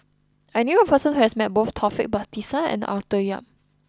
I knew a person who has met both Taufik Batisah and Arthur Yap